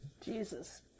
Jesus